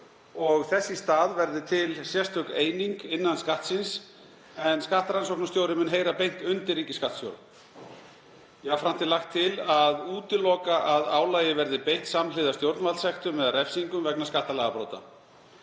og þess í stað verði til sérstök eining innan Skattsins en skattrannsóknarstjóri mun heyra beint undir ríkisskattstjóra. Jafnframt er lagt til að útiloka að álagi verði beitt samhliða stjórnvaldssektum eða refsingum vegna skattalagabrota.